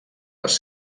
les